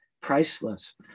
priceless